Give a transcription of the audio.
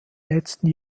letzten